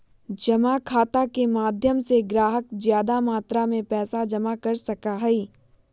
जमा खाता के माध्यम से ग्राहक ज्यादा मात्रा में पैसा जमा कर सका हई